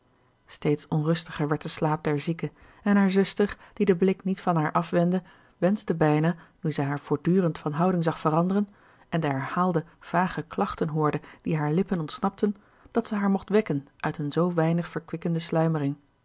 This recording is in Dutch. steeds onrustiger werd de slaap der zieke en haar zuster die den blik niet van haar afwendde wenschte bijna nu zij haar voortdurend van houding zag veranderen en de herhaalde vage klachten hoorde die haar lippen ontsnapten dat zij haar mocht wekken uit een zoo weinig verkwikkende